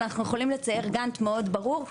אבל אנחנו יכולים לצייר גאנט מאוד ברור,